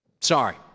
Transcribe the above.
Sorry